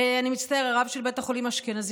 אה, אני מצטער, הרב של בית החולים אשכנזי.